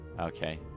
Okay